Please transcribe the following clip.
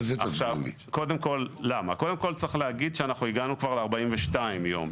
קודם כל צריך להגיד שהגענו כבר ל-42 יום.